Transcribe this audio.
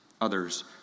others